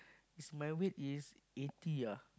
is my weight is eighty ah